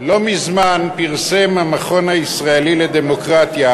לא מזמן פרסם המכון הישראלי לדמוקרטיה,